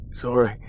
Sorry